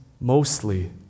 mostly